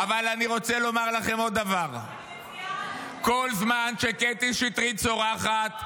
אבל אני רוצה לומר לכם עוד דבר: כל זמן שקטי שטרית צורחת,